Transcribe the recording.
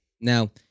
Now